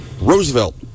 Roosevelt